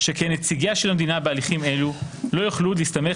שכן נציגיה של המדינה בהליכים אלו לא יוכלו עוד להסתמך